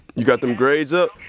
you got them grades up?